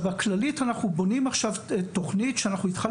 אנחנו בונים בכללית תכנית של שיטה